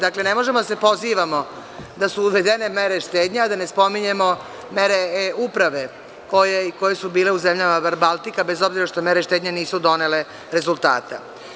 Dakle, ne možemo da se pozivamo da su uvedene mere štednje, a da ne spominjemo mere uprave koje su bile u zemljama verbaltika, bez obzira što mere štednje nisu donele rezultate.